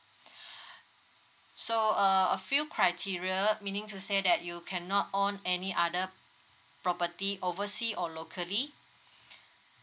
so err a few criteria meaning to say that you cannot own any other property oversea or locally